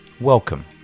Welcome